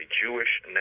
Jewish